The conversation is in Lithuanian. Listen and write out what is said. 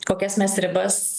kokias mes ribas